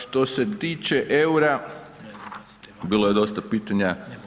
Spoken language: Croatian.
Što se tiče eura bilo je dosta pitanja.